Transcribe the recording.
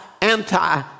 anti